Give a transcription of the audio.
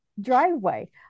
driveway